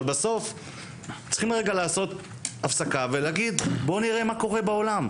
אבל בסוף צריכים לעשות רגע הפסקה ולהגיד בואו נראה מה קורה בעולם.